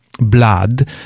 blood